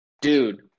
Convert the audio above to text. dude